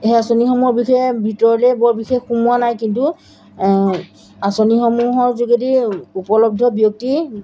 সেই আঁচনিসমূহৰ বিষয়ে ভিতৰলৈ বৰ বিশেষ সোমোৱা নাই কিন্তু আঁচনিসমূহৰ যোগেদি উপলব্ধ ব্যক্তি